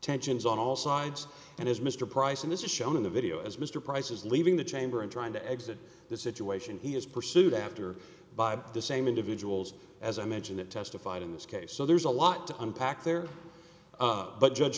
tensions on all sides and as mr price and this is shown in the video as mr price is leaving the chamber and trying to exit the situation he has pursued after by the same individuals as i mentioned that testified in this case so there's a lot to unpack there but judge